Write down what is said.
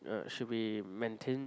should be maintained